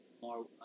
more